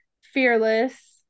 fearless